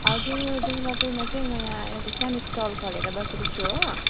हजुर दुर्गापुरमा चाहिँ म यहाँ एउटा सानो स्टल खोलेर बसेको छु हो